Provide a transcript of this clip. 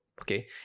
Okay